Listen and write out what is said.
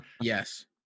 Yes